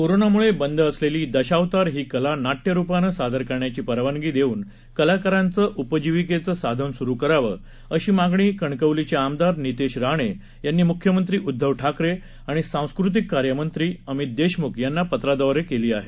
कोरोनाम्ळे बंद असलेली दशावतार ही कला नाट्यरुपानं सादर करण्याची परवानगी देऊन कलाकारांचे उपजीविकेचे साधन स्रु करावे अशी मागणी कणकवलीचे आमदार नितेश राणे यांनी म्ख्यमंत्री उदधव ठाकरे आणि सांस्कृतिक कार्य मंत्री अमित देशम्ख यांना पत्राद्वारे केली आहे